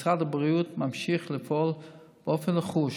משרד הבריאות ממשיך לפעול באופן נחוש